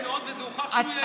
הוכח שהוא יעיל.